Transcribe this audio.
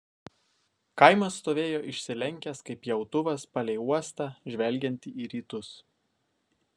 kaimas stovėjo išsilenkęs kaip pjautuvas palei uostą žvelgiantį į rytus